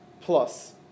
plus